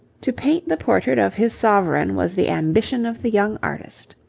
to paint the portrait of his sovereign was the ambition of the young artist.